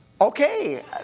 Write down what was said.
Okay